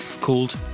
called